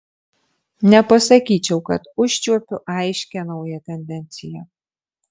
nepasakyčiau kad užčiuopiu aiškią naują tendenciją